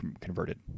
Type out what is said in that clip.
converted